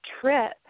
trip